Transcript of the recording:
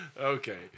Okay